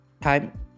time